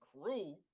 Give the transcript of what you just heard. crew